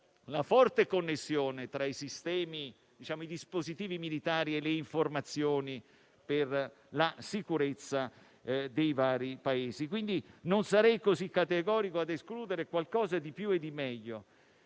la forte connessione che c'è tra i dispositivi militari e le informazioni per la sicurezza dei vari Paesi. Non sarei così categorico nell'escludere qualcosa di più e di meglio,